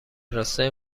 راستای